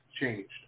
changed